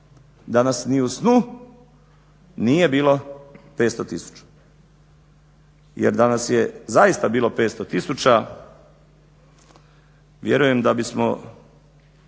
da ni u snu nije bilo 500 tisuća, jer da nas je zaista bilo 500 tisuća vjerujem da bismo